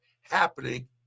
happening